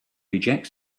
reject